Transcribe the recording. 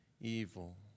evil